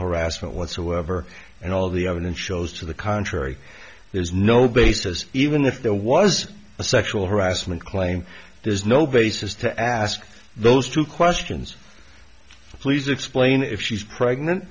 harassment whatsoever and all the evidence shows to the contrary there's no basis even if there was a sexual harassment claim there's no basis to ask those two questions please explain if she's pregnant